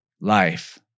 life